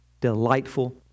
delightful